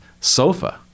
Sofa